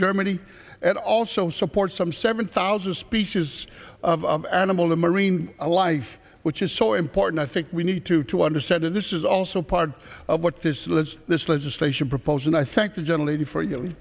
germany and also supports some seven thousand species of animal the marine life which is so important i think we need to to understand that this is also part of what this lets this legislation proposed and i think the generally for you